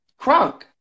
crunk